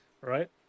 Right